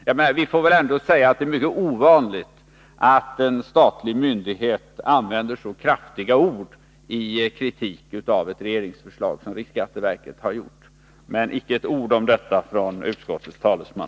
Man får väl ändå säga att det är mycket ovanligt att en statlig myndighet använder så kraftiga ord i sin kritik av ett regeringsförslag som riksskatteverket har gjort. Men icke ett ord om detta från utskottets talesman.